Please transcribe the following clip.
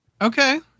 Okay